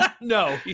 No